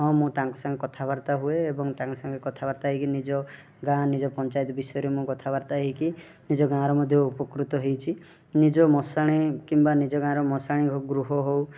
ହଁ ମୁଁ ତାଙ୍କ ସାଙ୍ଗେ କଥାବାର୍ତ୍ତା ହୁଏ ଏବଂ ତାଙ୍କ ସାଙ୍ଗେ କଥାବାର୍ତ୍ତା ହେଇକି ନିଜ ଗାଁ ନିଜ ପଞ୍ଚାୟତ ବିଷୟରେ ମୁଁ କଥାବାର୍ତ୍ତା ହେଇକି ନିଜ ଗାଁର ମଧ୍ୟ ଉପକୃତ ହେଇଛି ନିଜ ମଶାଣୀ କିମ୍ୱା ନିଜ ଗାଁର ମଶାଣୀ ଗୃହ ହଉ